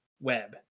web